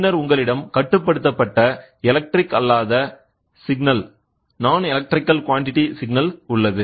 பின்னர் உங்களிடம் கட்டுப்படுத்தப்பட்ட எலக்ட்ரிக் அல்லாத சிக்னல் உள்ளது